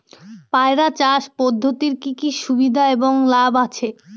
পয়রা চাষ পদ্ধতির কি কি সুবিধা এবং লাভ আছে?